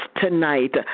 tonight